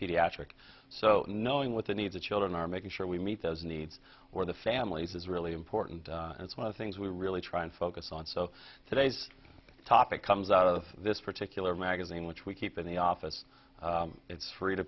pediatric so knowing what the needs of children are making sure we meet those needs where the families is really important and it's one of things we really try and focus on so today's topic comes out of this particular magazine which we keep in the office it's free to